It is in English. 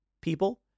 people